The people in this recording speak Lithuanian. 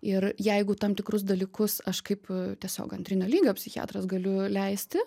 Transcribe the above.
ir jeigu tam tikrus dalykus aš kaip tiesiog antrinio lygio psichiatras galiu leisti